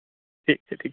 ठीक छै ठीक छै आबियौ